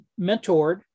mentored